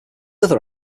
other